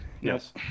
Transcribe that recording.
Yes